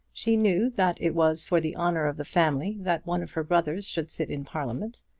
she knew that it was for the honour of the family that one of her brothers should sit in parliament,